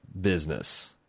business